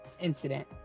incident